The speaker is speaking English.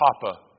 Papa